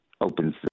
opens